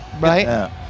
right